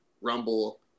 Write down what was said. Rumble